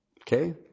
Okay